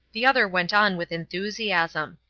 the other went on with enthusiasm.